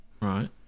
Right